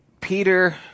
Peter